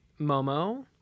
Momo